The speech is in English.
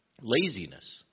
laziness